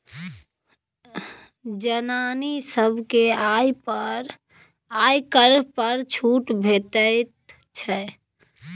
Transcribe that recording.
जनानी सभकेँ आयकर पर छूट भेटैत छै